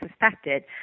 suspected